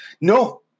No